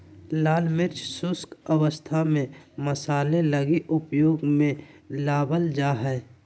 लाल मिर्च शुष्क अवस्था में मसाले लगी उपयोग में लाबल जा हइ